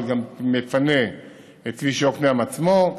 אבל מפנה את כביש יקנעם עצמו.